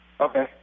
Okay